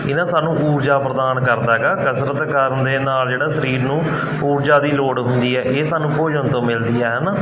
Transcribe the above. ਇਹ ਨਾ ਸਾਨੂੰ ਊਰਜਾ ਪ੍ਰਦਾਨ ਕਰਦਾ ਹੈਗਾ ਕਸਰਤ ਕਰਨ ਦੇ ਨਾਲ ਜਿਹੜਾ ਸਰੀਰ ਨੂੰ ਊਰਜਾ ਦੀ ਲੋੜ ਹੁੰਦੀ ਹੈ ਇਹ ਸਾਨੂੰ ਭੋਜਨ ਤੋਂ ਮਿਲਦੀ ਆ ਹੈ ਨਾ